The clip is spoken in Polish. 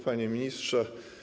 Panie Ministrze!